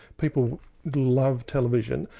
people loved television,